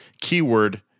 Keyword